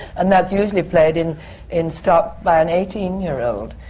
and that's usually played in in stock by an eighteen year old.